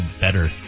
better